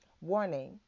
Warning